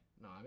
No